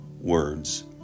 words